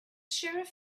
sheriff